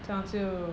这样就